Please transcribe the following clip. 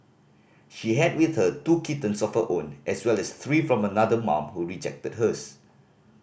she had with her two kittens of her own as well as three from another mum who rejected hers